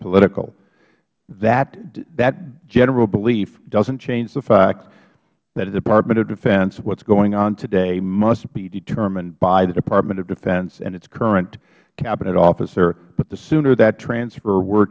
political that general belief doesn't change the fact that the department of defense what is going on today must be determined by the department of defense and its current cabinet officer but the sooner that transfer were